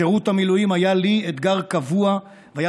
שירות המילואים היה לי אתגר קבוע והיה